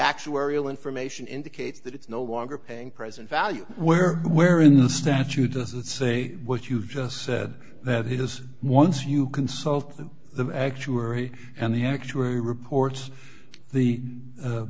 actuarial information indicates that it's no longer paying present value where where in the statute does it say what you just said that he has once you consult the actuary and the actuary reports the